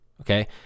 okay